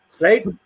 right